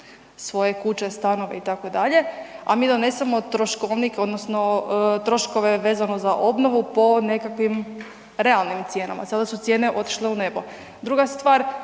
svoje kuće, stanove, itd., a mi donesemo troškovnik odnosno troškove vezano za obnovu po nekakvim realnim cijenama. Sada su cijene otišle u nebo. Druga stvar,